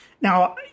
Now